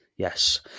Yes